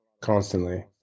constantly